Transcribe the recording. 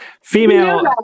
Female